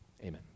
Amen